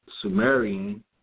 Sumerian